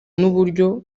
n’uburyo